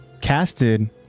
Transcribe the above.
casted